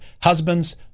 husbands